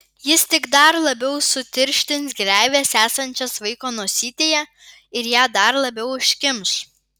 jis tik dar labiau sutirštins gleives esančias vaiko nosytėje ir ją dar labiau užkimš